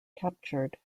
captured